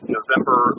November